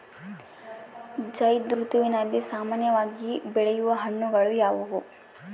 ಝೈಧ್ ಋತುವಿನಲ್ಲಿ ಸಾಮಾನ್ಯವಾಗಿ ಬೆಳೆಯುವ ಹಣ್ಣುಗಳು ಯಾವುವು?